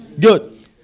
Good